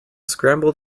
scrambled